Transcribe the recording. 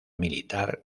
militar